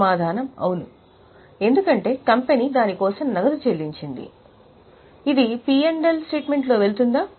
సమాధానం అవును ఎందుకంటే కంపెనీ దాని కోసం నగదు చెల్లించింది ఇది P మరియు L లో వెళ్తుందా